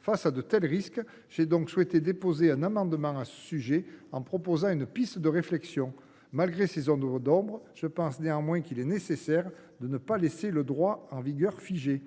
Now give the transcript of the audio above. Face à de tels risques, j’ai donc déposé un amendement à ce sujet, en proposant une piste de réflexion. Malgré ces zones d’ombre, je pense néanmoins qu’il est nécessaire de ne pas laisser le droit en vigueur figé.